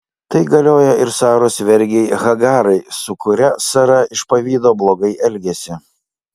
tai galioja ir saros vergei hagarai su kuria sara iš pavydo blogai elgėsi